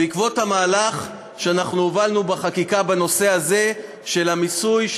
בעקבות המהלך שהובלנו בחקיקה בנושא הזה של המיסוי,